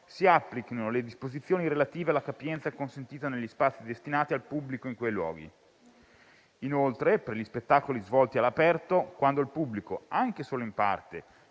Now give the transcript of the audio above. si applichino le disposizioni relative alla capienza consentita negli spazi destinati al pubblico in quei luoghi. Inoltre, per gli spettacoli svolti all'aperto, quando il pubblico, anche solo in parte,